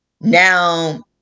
now